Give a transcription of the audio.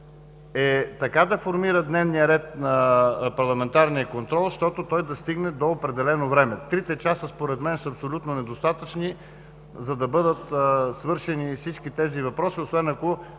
е така да формира дневния ред на парламентарния контрол, защото той да стигне до определено време. Трите часа, според мен, са абсолютно недостатъчни, за да бъдат свършени всички тези въпроси, освен ако